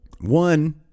One